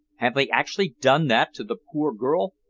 have they actually done that to the poor girl?